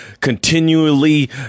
continually